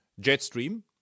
Jetstream